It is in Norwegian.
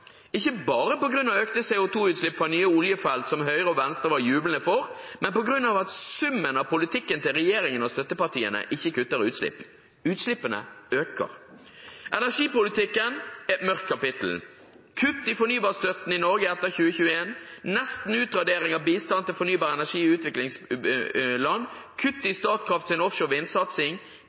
ikke bare på grunn av økte CO 2 -utslipp fra nye oljefelt som Høyre og Venstre var jublende for, men på grunn av at summen av politikken til regjeringen og støttepartiene ikke kutter utslipp – utslippene øker. Energipolitikken er et mørkt kapittel – kutt i fornybarstøtten i Norge etter 2021, nesten utradering av bistand til fornybar energi i utviklingsland, kutt i Statkrafts offshore vindsatsing,